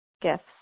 gifts